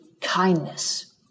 kindness